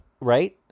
right